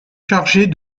chargés